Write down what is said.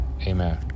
amen